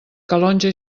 calonge